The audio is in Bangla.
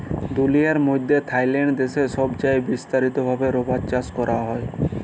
দুলিয়ার মইধ্যে থাইল্যান্ড দ্যাশে ছবচাঁয়ে বিস্তারিত ভাবে রাবার চাষ ক্যরা হ্যয়